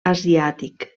asiàtic